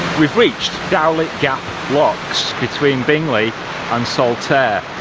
we've reached dowley gap locks between bingley and saltaire,